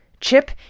Chip